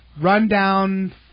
rundown